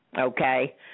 Okay